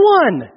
one